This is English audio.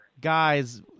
Guys